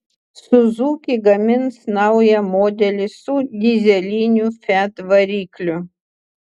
suzuki gamins naują modelį su dyzeliniu fiat varikliu